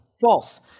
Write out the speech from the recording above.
False